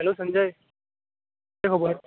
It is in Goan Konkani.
हॅलो संजय कितें खबर